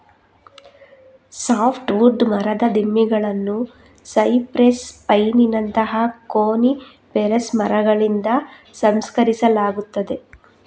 soft wood ಮರದ ದಿಮ್ಮಿಗಳನ್ನು cypress, ಪೈನಿನಂತಹ ಕೋನಿಫೆರಸ್ ಮರಗಳಿಂದ ಸಂಸ್ಕರಿಸಲಾಗುತ್ತದೆ